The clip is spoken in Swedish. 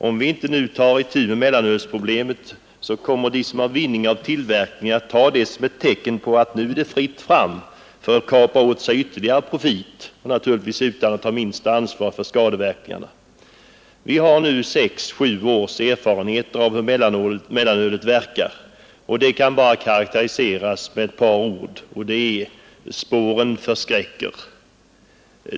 Om vi inte nu tar itu med mellanölsproblemet, kommer de som har vinning av tillverkningen att ta detta som ett tecken på att nu är det fritt fram för att kapa åt sig ytterligare profit, naturligtvis utan att ta minsta ansvar för skadeverkningarna. Vi har nu sex sju års erfarenhet av hur mellanölet verkar. Det kan bara karakteriseras med ett par ord: spåren förskräcker.